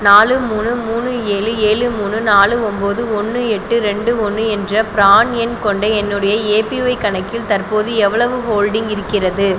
நாலு மூணு மூணு ஏழு ஏழு மூணு நாலு ஒன்பது ஒன்று எட்டு இரண்டு ஒன்று என்ற பிரான் எண் கொண்ட என்னுடைய ஏபிஒய் கணக்கில் தற்போது எவ்வளவு ஹோல்டிங் இருக்கிறது